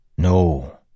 No